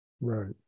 Right